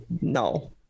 No